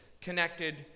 connected